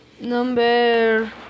Number